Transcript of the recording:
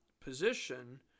position